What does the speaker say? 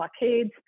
blockades